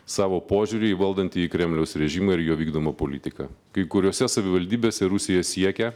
savo požiūrį į valdantįjį kremliaus režimą ir jo vykdomą politiką kai kuriose savivaldybėse rusija siekia